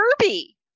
Kirby